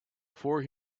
four